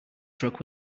truck